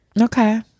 Okay